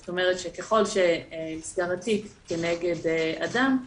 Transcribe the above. זאת אומרת: ככל שנסגר התיק כנגד אדם,